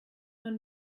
man